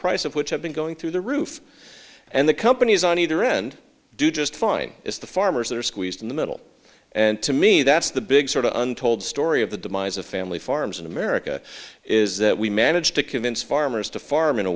price of which have been going through the roof and the companies on either end do just fine it's the farmers that are squeezed in the middle and to me that's the big sort of untold story of the demise of family farms in america is that we managed to convince farmers to farm in a